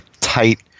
tight